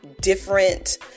different